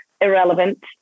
irrelevant